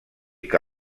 que